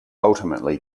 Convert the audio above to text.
ultimately